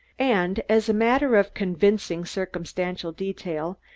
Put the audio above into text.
and, as a matter of convincing circumstantial detail,